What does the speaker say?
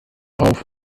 auf